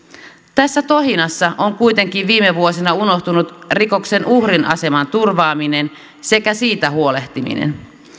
tässä tohinassa on kuitenkin viime vuosina unohtunut rikoksen uhrin aseman turvaaminen sekä siitä huolehtiminen